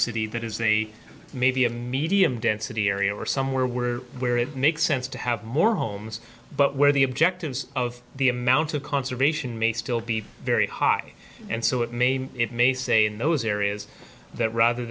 city that is they may be a medium density area or somewhere were where it makes sense to have more homes but where the objectives of the amount of conservation may still be very high and so it may be it may say in those areas that rather